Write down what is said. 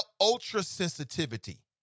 ultra-sensitivity